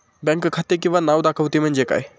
Bank खाते किंवा नाव दाखवते म्हणजे काय?